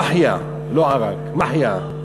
מַחייה, לא עראק, מחייה.